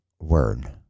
Word